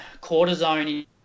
cortisone